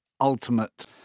ultimate